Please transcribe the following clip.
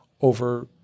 over